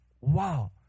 wow